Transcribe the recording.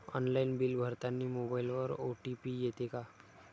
Online bill भरतानी मोबाईलवर OTP येते का?